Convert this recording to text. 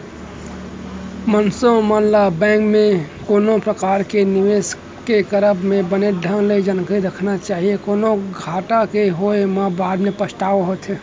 मनसे मन ल बेंक म कोनो परकार के निवेस के करब म बने ढंग ले जानकारी रखना चाही, कोनो घाटा के होय म बाद म पछतावा होथे